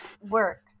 work